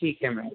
ठीक है मैम